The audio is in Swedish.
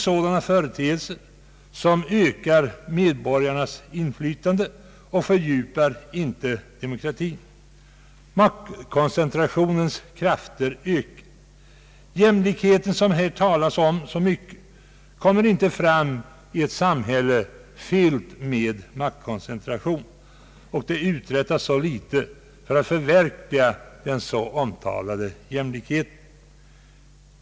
Sådana företeelser ökar inte medborgarnas inflytande och fördjupar inte demokratin. Maktkoncentrationens krafter ökar. Den jämlikhet som det här talas så mycket om kommer inte fram i ett samhälle fyllt med maktkoncentration, och det uträttas så litet för att förverkliga den så omtalade jämlikheten.